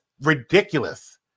ridiculous